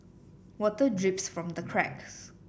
water drips from the cracks